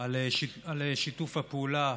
על שיתוף הפעולה,